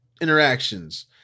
interactions